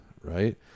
right